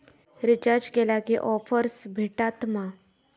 Recharge केला की offers भेटात मा?